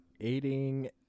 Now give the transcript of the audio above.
aiding